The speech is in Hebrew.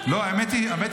אתה אמרת שאתה לא יודע.